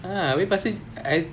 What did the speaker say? ah abeh pas tu I